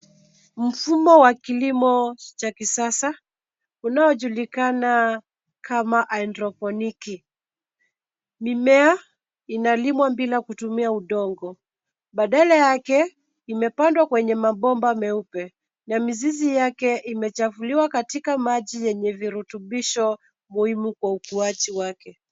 Mfumo wa kilimo cha kisasa unaojulikana kama hydroponic .Mimea inalimwa bila kutumia udongo. Badala yake imepandwa kwenye mabomba meupe na mizizi yake imechafuliwa katika maji yenye virutubisho muhimu kwa ukuaji wake.